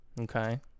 Okay